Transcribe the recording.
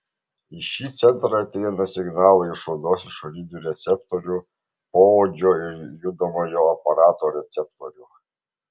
į šį centrą ateina signalai iš odos išorinių receptorių poodžio ir judamojo aparato receptorių